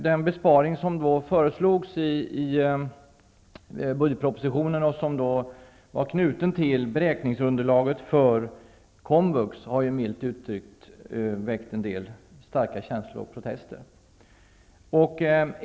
Den besparing som föreslogs i budgetpropositionen och som var knuten till beräkningsunderlaget för komvux har, milt uttryckt, väckt en del starka känslor och protester.